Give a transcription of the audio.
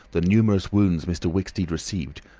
the numerous wounds mr. wicksteed received,